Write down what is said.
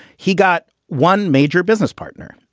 he got one major business partner.